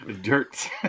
Dirt